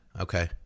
Okay